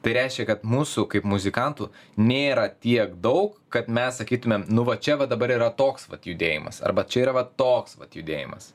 tai reiškia kad mūsų kaip muzikantų nėra tiek daug kad mes sakytumėm nu va čia va dabar yra toks vat judėjimas arba čia yra toks vat judėjimas